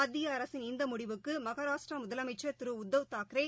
மத்திய அரசின் இந்தமுடிவுக்குமகாராஷ்டிராமுதலமைச்சர் திருடத்தவ் தாக்சே